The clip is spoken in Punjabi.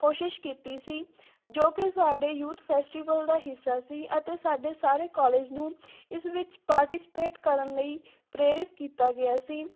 ਕੋਸ਼ਿਸ਼ ਕੀਤੀ ਸੀ ਜੋ ਕਿ ਸਾਡੇ ਯੂਥ ਫੈਸਟੀਵਲ ਦਾ ਹਿੱਸਾ ਸੀ ਅਤੇ ਸਾਡੇ ਸਾਰੇ ਕੋਲਜ ਨੂੰ ਇਸ ਵਿੱਚ ਪਾਰਟੀਸਪੇਟ ਕਰਨ ਲਈ ਪ੍ਰੇਰਿਤ ਕੀਤਾ ਗਿਆ ਸੀ